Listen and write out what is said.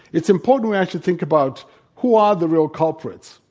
it's important we actually think about who are the real culprits?